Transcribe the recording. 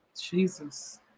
Jesus